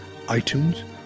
iTunes